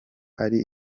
ari